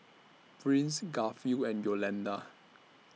Prince Garfield and Yolanda